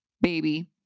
baby